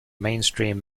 mainstream